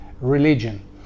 religion